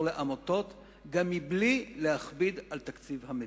לעמותות גם בלי להכביד על תקציב המדינה.